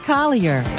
Collier